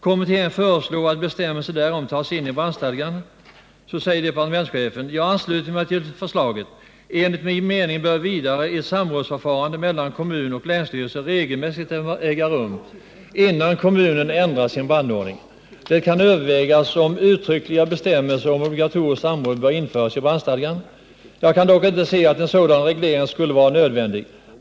Kommittén föreslår att bestämmelser därom tas in i brandstadgan.” Departementschefen fortsätter: ”Jag ansluter mig till det förslaget. Enligt min mening bör vidare ett samrådsförfarande mellan kommun och länsstyrelse regelmässigt äga rum, innan kommunen ändrar sin brandordning. Det kan övervägas om uttryckliga bestämmelser om obligatoriskt samråd bör införas i brandstadgan. Jag kan dock inte se att en sådan reglering skulle vara nödvändig.